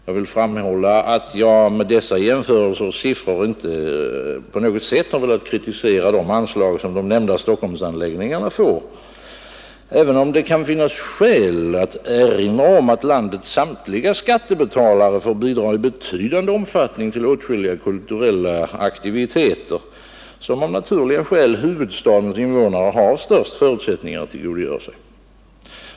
Jag vill framhålla att jag med dessa jämförelser och siffror inte på något sätt har velat kritisera de anslag som de nämnda Stockholmsanläggningarna får, även om det kan finnas skäl att framhålla att landets samtliga skattebetalare får bidra i betydande omfattning till åtskilliga kulturella aktiviteter, som av naturliga skäl huvudstadens invånare har de största förutsättningarna att tillgodogöra sig.